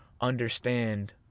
understand